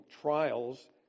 trials